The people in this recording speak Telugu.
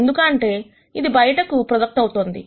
ఎందుకంటే ఇది బయటకు ప్రొజెక్ట్ అవుతోంది